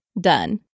done